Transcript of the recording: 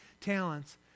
talents